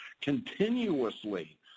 continuously